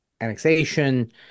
annexation